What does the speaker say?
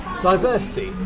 diversity